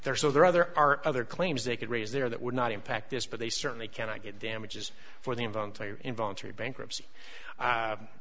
there so there are there are other claims they could raise there that would not impact this but they certainly cannot get damages for the involuntary involuntary bankruptcy